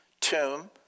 tomb